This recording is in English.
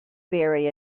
bury